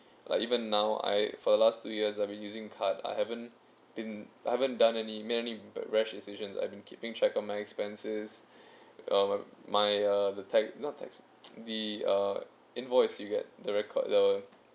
like even now I for the last two years I've been using card I haven't been I haven't done any merely b~ rash decisions I've been keeping track of my expenses uh my uh the tag not tax the uh invoice you get the record the